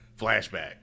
flashback